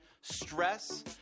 stress